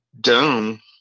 done